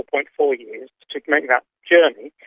ah like four years to make that journey.